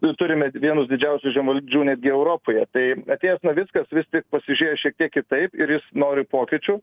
tu turime vienus didžiausių žemvaldžių netgi europoje tai atėjęs navickas vis tik pasižiūėjo šiek tiek kitaip ir jis nori pokyčių